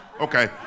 Okay